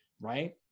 Right